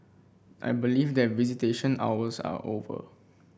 I believe that visitation hours are over